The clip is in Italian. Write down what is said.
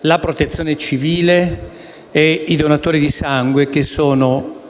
la Protezione civile e i donatori di sangue che sono,